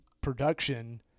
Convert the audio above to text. production